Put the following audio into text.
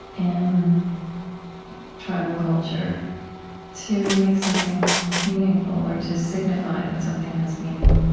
in tribal culture to make something meaningful or to signify that something has meaning